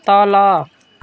तल